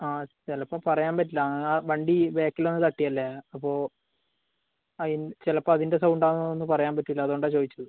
ആ ചിലപ്പോൾ പറയാൻ പറ്റില്ല ആ വണ്ടി ബേക്കിൽ വന്ന് തട്ടി അല്ലേ അപ്പോൾ അതിന് ചിലപ്പോൾ അതിൻ്റെ സൗണ്ട് ആണോയെന്ന് പറയാൻ പറ്റൂല്ല അതുകൊണ്ടാ ചോദിച്ചത്